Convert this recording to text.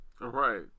right